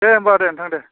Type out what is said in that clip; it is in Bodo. दे होमबा दे नोंथां दे